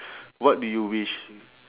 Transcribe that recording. what do you wish